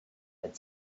had